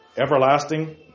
everlasting